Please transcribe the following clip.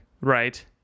right